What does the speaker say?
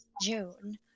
June